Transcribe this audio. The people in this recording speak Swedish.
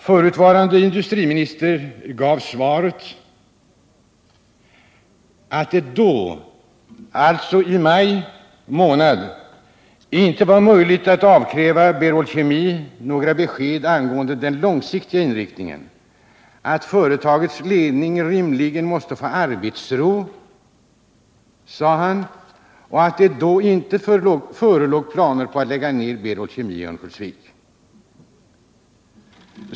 Förutvarande industriministern gav svaret att det då, alltså i maj månad, inte var möjligt att avkräva Berol Kemi några besked angående den långsiktiga inriktningen, att företagsledningen måste få rimlig arbetsro och att det då inte förelåg planer på att lägga ned Berol Kemi i Örnsköldsvik.